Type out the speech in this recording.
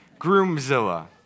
Groomzilla